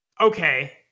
okay